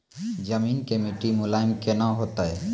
जमीन के मिट्टी मुलायम केना होतै?